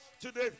today